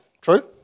True